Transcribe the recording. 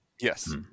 Yes